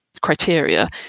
Criteria